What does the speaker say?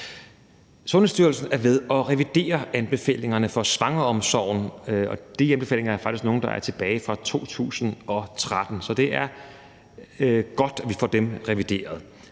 Sundhedsstyrelsen er ved at revidere anbefalingerne for svangreomsorgen. De anbefalinger er faktisk tilbage fra 2013, så det er godt, at vi får dem revideret.